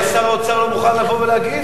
אז מדוע שר האוצר לא מוכן לבוא ולהגיב?